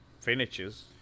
finishes